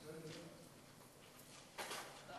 עשר